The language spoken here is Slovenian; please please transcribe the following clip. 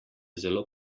zelo